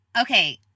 okay